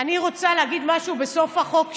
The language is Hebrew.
אני רוצה להגיד משהו בסוף החוק שלי.